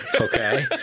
Okay